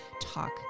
talk